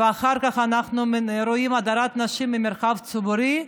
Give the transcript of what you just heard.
ואחר כך אנחנו רואים הדרת נשים מהמרחב הציבורי,